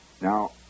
Now